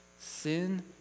Sin